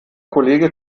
kollege